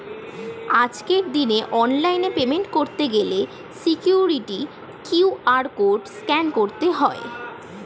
আজকের দিনে অনলাইনে পেমেন্ট করতে গেলে সিকিউরিটি কিউ.আর কোড স্ক্যান করতে হয়